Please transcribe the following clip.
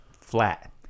flat